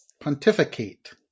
pontificate